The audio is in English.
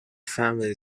family